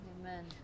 Amen